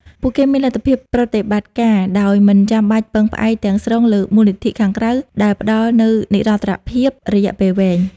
ពួកគេមានលទ្ធភាពប្រតិបត្តិការដោយមិនចាំបាច់ពឹងផ្អែកទាំងស្រុងលើមូលនិធិខាងក្រៅ ដែលផ្តល់នូវនិរន្តរភាពរយៈពេលវែង។